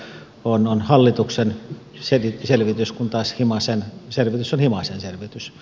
tulevaisuusselonteko on hallituksen selvitys kun taas himasen selvitys on himasen selvitys